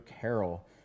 carol